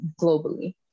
globally